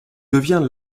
devient